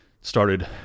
Started